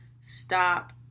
stop